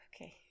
Okay